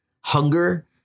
hunger